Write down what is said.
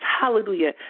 Hallelujah